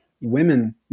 women